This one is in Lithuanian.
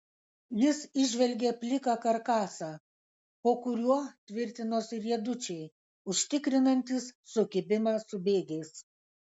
jis įžvelgė pliką karkasą po kuriuo tvirtinosi riedučiai užtikrinantys sukibimą su bėgiais